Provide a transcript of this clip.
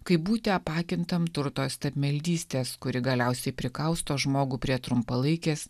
kaip būti apakintam turto stabmeldystės kuri galiausiai prikausto žmogų prie trumpalaikės